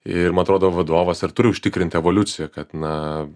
ir man atrodo vadovas ir turi užtikrinti evoliuciją kad na